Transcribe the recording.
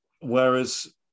Whereas